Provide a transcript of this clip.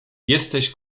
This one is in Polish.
jesteś